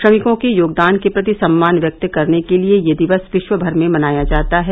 श्रमिकों के योगदान के प्रति सम्मान व्यक्त करने के लिए यह दिवस विश्वमर में मनाया जाता है